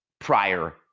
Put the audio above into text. prior